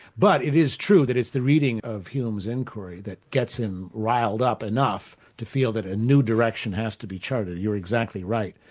but it is true that it's the reading of hume's inquiry that gets him riled up enough to feel that a new direction has to be chartered, you're exactly right.